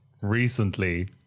Recently